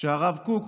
שהרב קוק,